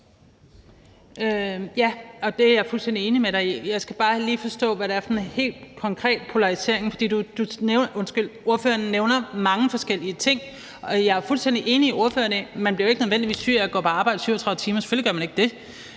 (ALT): Det er jeg fuldstændig enig med dig i. Jeg skal bare lige forstå, hvad det er for en helt konkret polarisering. For spørgeren nævner mange forskellige ting, og jeg er fuldstændig enig i, at man ikke nødvendigvis bliver syg af at gå på arbejde i 37 timer. Selvfølgelig gør man ikke det.